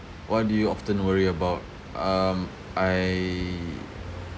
what do you often worry about um I